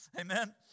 Amen